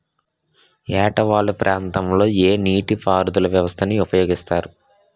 ఏట వాలు ప్రాంతం లొ ఏ నీటిపారుదల వ్యవస్థ ని ఉపయోగిస్తారు?